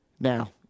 Now